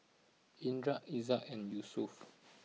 Indra Izzat and Yusuf